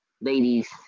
ladies